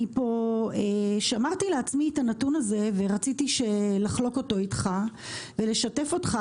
אני פה שמרתי לעצמי את הנתון הזה ורציתי לחלוק אותו איתך ולשתף אותך